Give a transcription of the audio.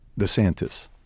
DeSantis